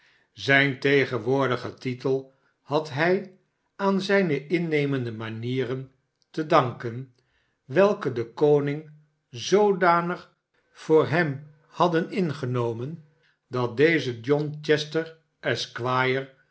zijn tegenwoordigen titel had hij aan zijne innemende manieren te danken welke den koning zoodanig voor hem hadden ingenomen dat deze john chester